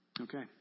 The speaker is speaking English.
okay